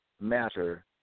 matter